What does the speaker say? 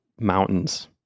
mountains